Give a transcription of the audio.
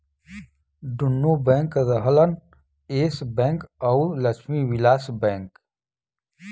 दुन्नो बैंक रहलन Yes Bank अउर लक्ष्मी विलास बैंक